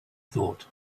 thought